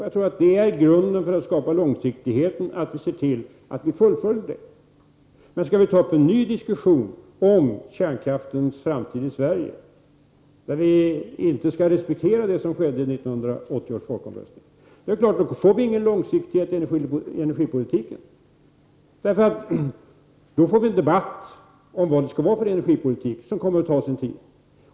Jag tror att grunden till långsiktigheten är att vi ser till att vi fullföljer detta beslut. Men skulle vi ta upp en ny diskussion om kärnkraftens framtid i Sverige och inte respektera 1980 års folkomröstningsbeslut, får vi ingen långsiktighet i energipolitiken. Då får vi en debatt om vad det skall vara för energipolitik, och den kommer att ta sin tid.